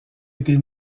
été